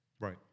right